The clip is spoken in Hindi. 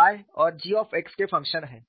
y और g के फंक्शन हैं